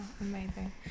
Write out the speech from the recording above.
amazing